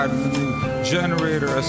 generator